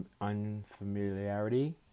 Unfamiliarity